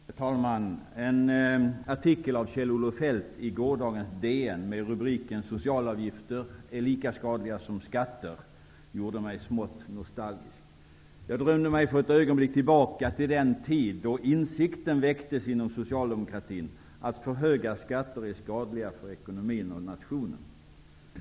Herr talman! En artikel av Kjell-Olof Feldt i gårdagens DN med rubriken ''Socialavgifter är lika skadliga som skatter'' gjorde mig smått nostalgisk. Jag drömde mig för ett ögonblick tillbaka till den tid då insikten väcktes inom socialdemokratin att för höga skatter är skadliga för ekonomin och nationen.